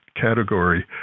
category